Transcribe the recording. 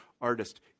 artist